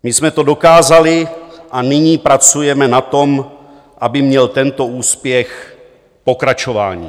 My jsme to dokázali a nyní pracujeme na tom, aby měl tento úspěch pokračování.